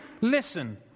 Listen